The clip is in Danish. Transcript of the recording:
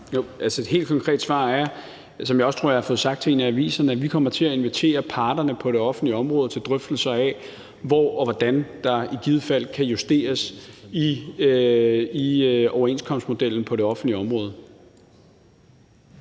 Jo. Et helt konkret svar er, hvilket jeg også tror jeg har fået sagt til en af aviserne, at vi kommer til at invitere parterne på det offentlige område til drøftelser af, hvor og hvordan der i givet fald kan justeres i overenskomstmodellen på det offentlige område.